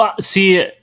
See